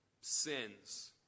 sins